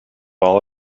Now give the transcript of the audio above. all